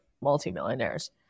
multimillionaires